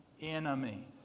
enemy